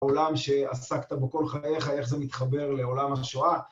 העולם שעסקת בו כל חייך, איך זה מתחבר לעולם השואה.